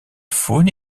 faune